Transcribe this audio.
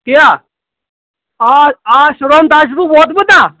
تی ہا آ آ شُرہوم تام چھُس بہٕ ووتمُت نا